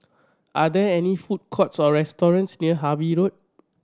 are there any food courts or restaurants near Harvey Road